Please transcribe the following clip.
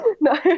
No